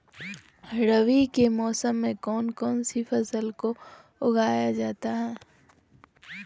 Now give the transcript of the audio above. रवि के मौसम में कौन कौन सी फसल को उगाई जाता है?